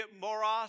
moros